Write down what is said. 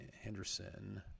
Henderson